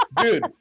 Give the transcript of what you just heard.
Dude